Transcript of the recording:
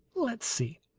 let's see.